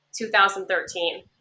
2013